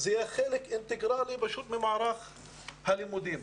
זה חלק אינטגרלי ממערך הלימודים,